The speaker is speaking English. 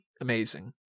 amazing